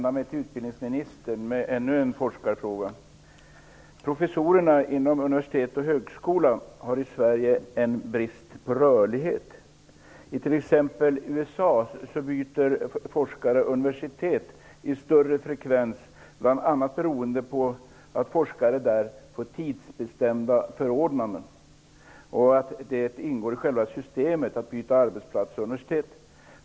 Fru talman! Jag vill vända mig till utbildningsministern med ännu en forskarfråga. Sverige en brist på rörlighet. I t.ex. USA byter forskare universitet med större frekvens, bl.a. beroende på att forskare där får tidsbestämda förordnanden. Det ingår i själva systemet att byta arbetsplats och universitet.